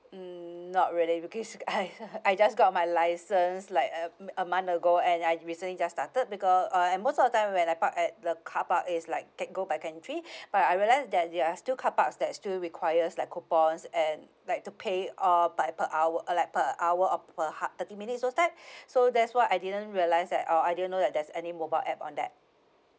hmm not really because I I just got my license like a a month ago and I recently just started because uh and most of the time when I park at the carpark it's like can go back entry but I realise that there are still carparks that still requires like coupons and like to pay all by per hour or like per hour or per ho~ thirty minutes all that so that's why I didn't realise that uh I didn't know that there's any mobile app on that